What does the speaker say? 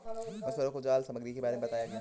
मछुवारों को जाल सामग्री के बारे में बताया गया